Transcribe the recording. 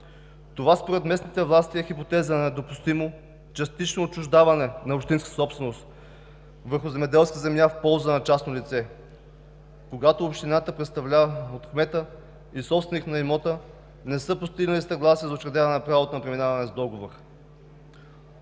Това според местните власти е хипотеза на недопустимо частично отчуждаване на общинска собственост върху земеделска земя в полза на частно лице, когато общината, представлявана от кмета, и собственикът на имота не са постигнали съгласие за учредяване правото на преминаване с договор.